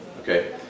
Okay